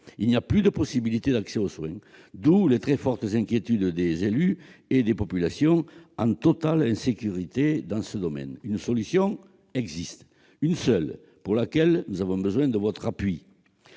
Il n'y a plus de possibilité d'accès aux soins, d'où les très fortes inquiétudes des élus et des populations, en totale insécurité dans ce domaine. Une solution existe, une seule, pour laquelle nous avons besoin de votre appui